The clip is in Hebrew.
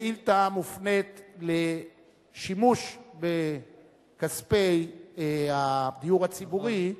השאילתא היא על שימוש בכספי הדיור הציבורי,